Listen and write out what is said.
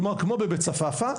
כמו בבית צפפא.